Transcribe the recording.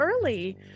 early